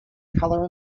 color